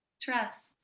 trust